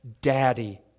daddy